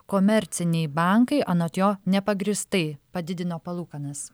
komerciniai bankai anot jo nepagrįstai padidino palūkanas